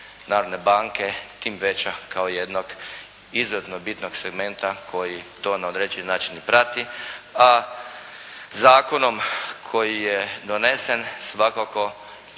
narodne banke tim veća kao jednog izuzetno bitnog segmenta koji to na određeni način i prati a zakonom koji je donesen svakako i to